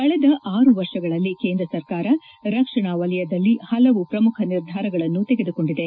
ಕಳೆದ ಆರು ವರ್ಷಗಳಲ್ಲಿ ಕೇಂದ್ರ ಸರ್ಕಾರ ರಕ್ಷಣಾ ವಲಯದಲ್ಲಿ ಪಲವು ಪ್ರಮುಖ ನಿರ್ಧಾರಗಳನ್ನು ತೆಗೆದುಕೊಂಡಿದೆ